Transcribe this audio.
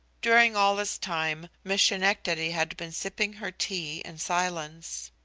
during all this time, miss schenectady had been sipping her tea in silence.